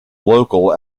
local